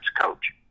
coach